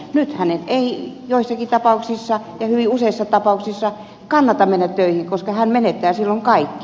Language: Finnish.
nyt hänen ei joissakin tapauksissa hyvin useissa tapauksissa kannata mennä töihin koska hän menettää silloin kaikki